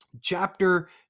chapter